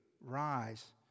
rise